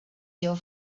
your